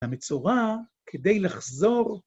המצורע כדי לחזור...